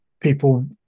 people